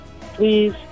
please